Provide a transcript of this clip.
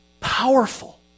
Powerful